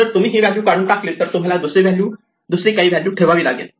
जर तुम्ही ही व्हॅल्यू काढून टाकली तर तुम्हाला तिथे दुसरी काही व्हॅल्यू ठेवावी लागेल